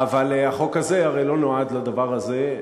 אבל החוק הזה הרי לא נועד לדבר הזה,